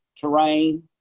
terrain